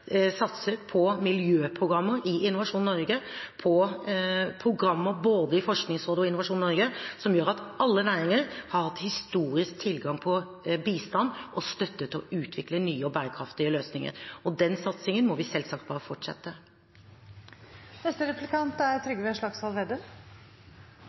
vi stå klare med våre løsninger. Det vil rett og slett være god butikk for Norge. Derfor har denne regjeringen, mer enn noen før, satset på miljøprogrammer i Innovasjon Norge, på programmer både i Forskningsrådet og i Innovasjon Norge, som gjør at alle næringer har historisk stor tilgang på bistand og støtte til å utvikle nye og